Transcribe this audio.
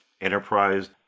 Enterprise